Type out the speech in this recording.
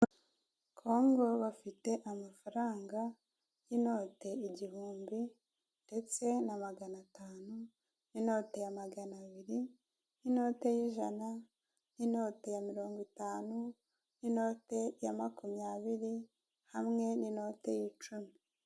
Kongo bafite amafaranga y'inote igihumbi, ndetse na magana atanu n'inote ya magana abiri ,n'inote y'ijana, n'inote ya mirongo itanu, n'inote ya makumyabiri, hamwe n'inote y'icumi.